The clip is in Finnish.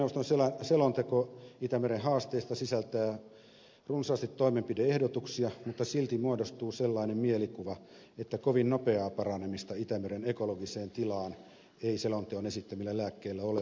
valtioneuvoston selonteko itämeren haasteista sisältää runsaasti toimenpide ehdotuksia mutta silti muodostuu sellainen mielikuva että kovin nopeaa paranemista itämeren ekologiseen tilaan ei selonteon esittämillä lääkkeillä ole odotettavissa